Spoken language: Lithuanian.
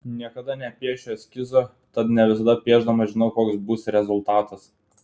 niekada nepiešiu eskizo tad ne visada piešdama žinau koks bus rezultatas